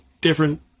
different